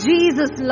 Jesus